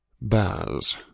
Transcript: Baz